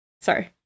Sorry